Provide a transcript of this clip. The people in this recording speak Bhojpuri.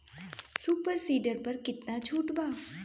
सुपर सीडर पर केतना छूट बा?